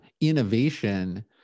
innovation